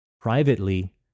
Privately